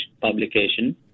publication